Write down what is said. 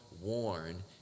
worn